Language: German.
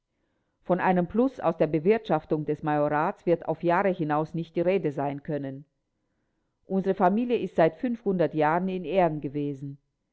von einem plus aus der bewirtschaftung des majorats wird auf jahre hinaus nicht die rede sein können unsere familie ist seit jahren in ehren gewesen